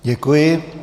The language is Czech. Děkuji.